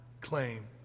claim